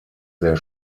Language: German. sehr